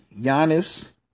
Giannis